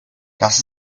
das